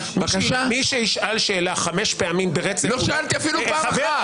מי שישאל שאלה חמש פעמים ברצף -- לא שאלתי אפילו פעם אחת.